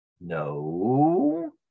No